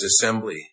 assembly